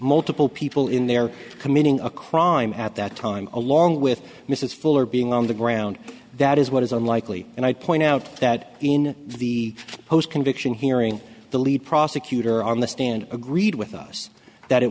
multiple people in there committing a crime at that time along with mrs fuller being on the ground that is what is unlikely and i point out that in the post conviction hearing the lead prosecutor on the stand agreed with us that it